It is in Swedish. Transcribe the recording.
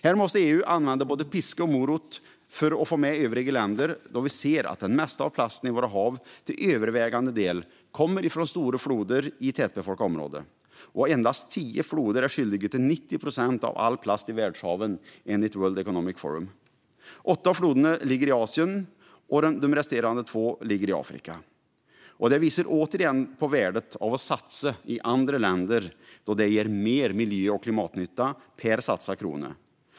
Här måste EU använda både piska och morot för att få med övriga länder eftersom vi ser att plasten i våra hav till övervägande del kommer från stora floder i tätbefolkade områden. Och endast tio floder är skyldiga till 90 procent av all plast i världshaven, enligt World Economic Forum. Åtta av floderna ligger i Asien, och de resterande två ligger i Afrika. Det visar återigen på värdet av att satsa i andra länder eftersom det ger mer miljö och klimatnytta per satsad krona.